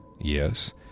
Yes